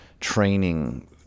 training